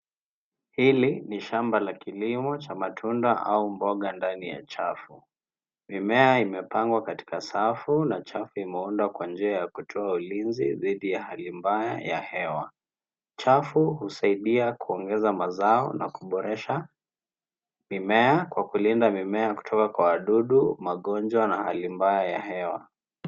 Hili ni shamba la kilimo cha matunda au mboga ndani ya chafu. Mimea imepangwa katika safu na chafu imeundwa kwa njia ya kutoa ulinzi dhidi ya hali mbaya ya hewa. Chafu husaidia kuongeza mazao na kuboresha mimea kwa kulinda mimea kutoka kwa wadudu magonjwa na hali mbaya ya hewa.